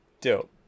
Dope